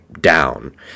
down